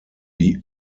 die